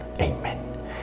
amen